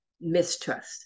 mistrust